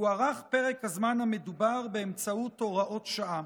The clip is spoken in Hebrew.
הוארך פרק הזמן המדובר באמצעות הוראות שעה.